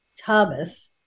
Thomas